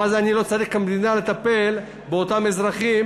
ואז אני לא צריך כמדינה לטפל באותם אזרחים